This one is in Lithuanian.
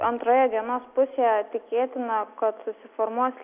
antroje dienos pusėje tikėtina kad susiformuos